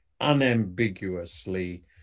unambiguously